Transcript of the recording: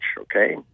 okay